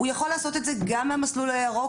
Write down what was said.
הוא יכול לעשות את זה גם במסלול הירוק,